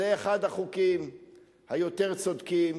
שזה אחד החוקים היותר צודקים,